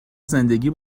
زندگی